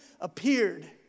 appeared